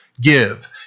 give